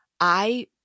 I-